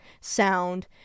sound